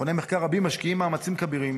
מכוני מחקר רבים משקיעים מאמצים כבירים